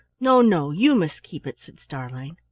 no, no! you must keep it, said starlein.